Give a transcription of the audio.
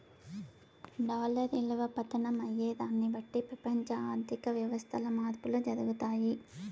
dollar ఇలువ పతనం అయ్యేదాన్ని బట్టి పెపంచ ఆర్థిక వ్యవస్థల్ల మార్పులు జరగతాయి